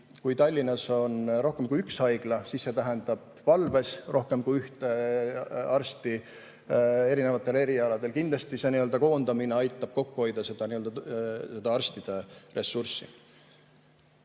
kui Tallinnas on rohkem kui üks haigla, siis see tähendab valves rohkem kui ühte arsti erinevatel erialadel. [Ühte kohta] koondamine aitab kindlasti arstide ressurssi